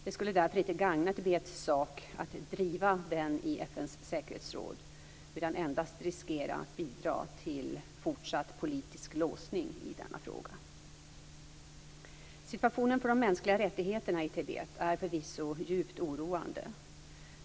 Det skulle därför inte gagna Tibets sak att driva den i FN:s säkerhetsråd utan endast riskera att bidra till fortsatt politisk låsning i denna fråga. Situationen för de mänskliga rättigheterna i Tibet är förvisso djupt oroande.